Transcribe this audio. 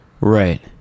right